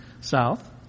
South